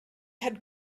had